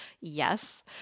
Yes